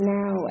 now